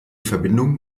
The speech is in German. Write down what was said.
verbindung